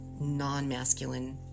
non-masculine